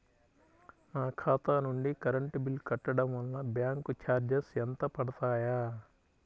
నా ఖాతా నుండి కరెంట్ బిల్ కట్టడం వలన బ్యాంకు చార్జెస్ ఎంత పడతాయా?